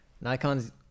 nikon's